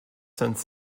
since